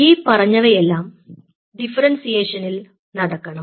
ഈ പറഞ്ഞവയെല്ലാം ഡിഫറെൻസിയേഷനിൽ നടക്കണം